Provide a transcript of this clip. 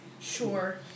sure